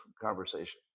conversation